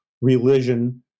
religion